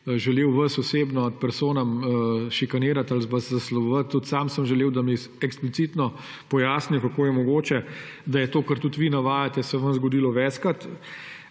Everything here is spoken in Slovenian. želel vas osebno, ad personam šikanirati ali vas zasledovati. Tudi sam sem želel, da mi eksplicitno pojasnijo, kako je mogoče, da se vam je to, kar navajate, zgodilo večkrat.